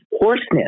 Hoarseness